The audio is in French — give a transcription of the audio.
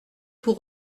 pour